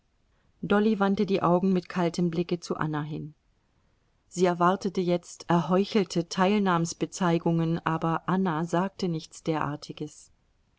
dolly wandte die augen mit kaltem blicke zu anna hin sie erwartete jetzt erheuchelte teilnahmsbezeigungen aber anna sagte nichts derartiges